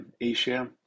asia